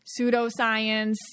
pseudoscience